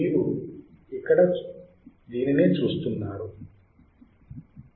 మీరు ఇక్కడ చూస్తున్నారు ఇది